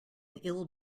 ill